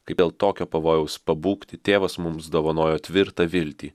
kaip dėl tokio pavojaus pabūgti tėvas mums dovanojo tvirtą viltį